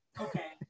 Okay